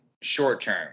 short-term